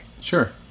Sure